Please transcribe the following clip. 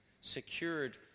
secured